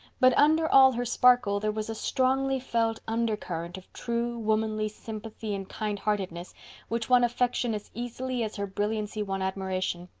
but under all her sparkle there was a strongly felt undercurrent of true, womanly sympathy and kindheartedness which won affection as easily as her brilliancy won admiration.